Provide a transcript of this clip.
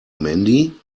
mandy